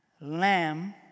lamb